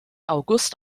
august